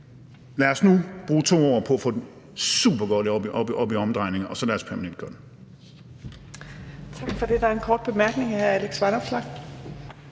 lad os nu bruge 2 år på at få den supergodt op i omdrejninger, og lad os så permanentgøre den.